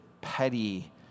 petty